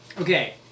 okay